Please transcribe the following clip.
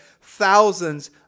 thousands